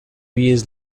years